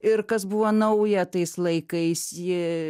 ir kas buvo nauja tais laikais ji